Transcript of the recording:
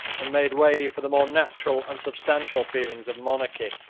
and made way for the more natural and substantial feelings of monarchy.